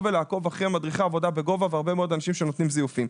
ולעקוב אחרי מדריכי עבודה בגובה והרבה מאוד אנשים שנותנים זיופים.